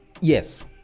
Yes